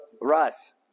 russ